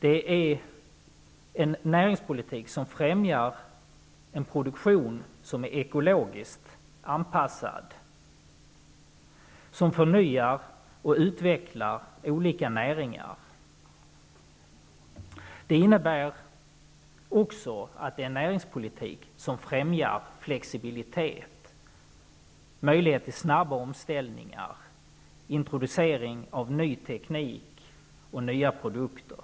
Det är en näringspolitik som främjar en ekologiskt anpassad produktion, som förnyar och utvecklar olika näringar. Det innebär också en näringspolitik som främjar flexibilitet, ger möjlighet till snabba omställningar och introducering av ny teknik och nya produkter.